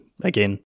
Again